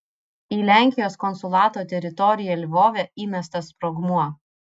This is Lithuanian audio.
į lenkijos konsulato teritoriją lvove įmestas sprogmuo